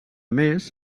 més